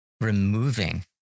removing